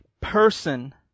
person